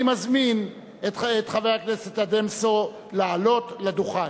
אני מזמין את חבר הכנסת אדמסו לעלות לדוכן.